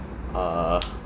uh